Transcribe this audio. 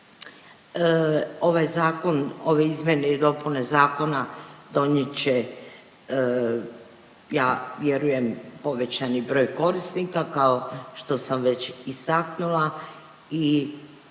ovaj zakon, ove izmjene i dopune zakona donijet će ja vjerujem povećani broj korisnika kao što sam već istaknula i